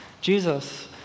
Jesus